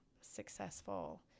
successful